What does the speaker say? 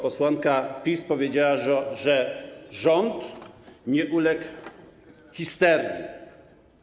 Posłanka PiS powiedziała, że rząd nie uległ histerii.